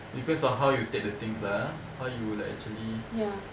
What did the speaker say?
because of how you take the things lah ah how you like actually